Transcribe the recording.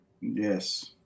Yes